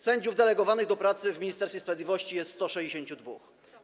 Sędziów delegowanych do pracy w Ministerstwie Sprawiedliwości jest 162.